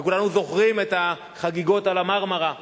וכולנו זוכרים את החגיגות על ה"מרמרה".